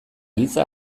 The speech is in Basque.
giza